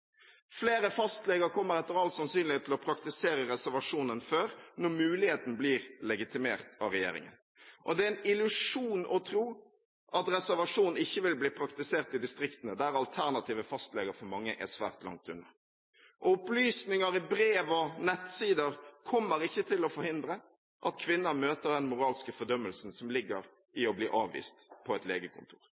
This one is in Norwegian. Flere fastleger kommer etter all sannsynlighet til å praktisere reservasjon enn før, når muligheten blir legitimert av regjeringen. Det er en illusjon å tro at reservasjon ikke vil bli praktisert i distriktene, der alternative fastleger for mange er svært langt unna. Opplysninger i brev og nettsider kommer ikke til å forhindre at kvinner møter den moralske fordømmelsen som ligger i å bli avvist på et legekontor.